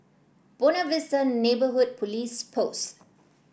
Buona Vista Neighbourhood Police Post